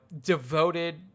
devoted